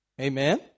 Amen